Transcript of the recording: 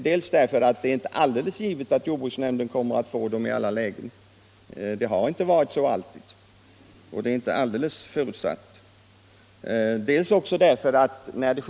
För det första är det inte alldeles givet att jordbruksnämnden i alla lägen kommer att få ta hand om dem - det har inte alltid varit så och det är inte ovillkorligt förutsatt att så skall vara fallet.